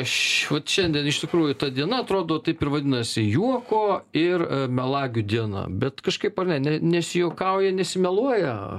š vat šiandien iš tikrųjų ta diena atrodo taip ir vadinasi juoko ir melagių diena bet kažkaip ar ne nesijuokauja nesimeluoja